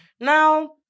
Now